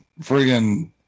friggin